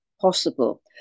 possible